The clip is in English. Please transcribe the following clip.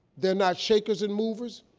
they're not shakers and movers,